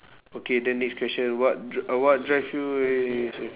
okay then next question what dr~ what drive you